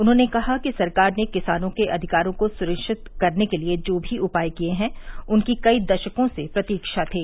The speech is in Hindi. उन्होंने कहा कि सरकार ने किसानों के अधिकारों को सुनिश्चित करने के लिए जो भी उपाय किये हैं उनकी कई दशकों से प्रतीक्षा थी